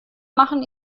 machen